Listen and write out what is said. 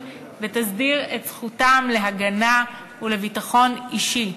ותסדיר את זכותם להגנה ולביטחון אישי.